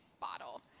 bottle